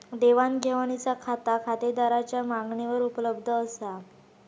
देवाण घेवाणीचा खाता खातेदाराच्या मागणीवर उपलब्ध असा